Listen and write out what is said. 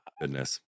goodness